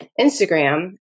Instagram